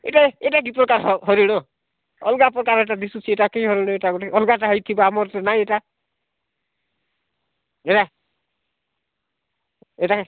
ଏଇଟା ଏଇଟା କି ପ୍ରକାର ହରିଣ ଅଲଗା ପ୍ରକାର ଏଟା ଦିଶୁଛି ଏଇଟା କି ହରିଣ ଗୋଟେ ଅଲଗା ଟା ହୋଇଥିବ ଆମର ତ ନାହିଁ ଏଇଟା ଏଇଟା